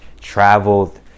traveled